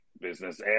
business